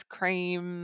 Cream